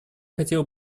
хотела